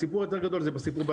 הסיפור היותר גדול הוא בתיכונים.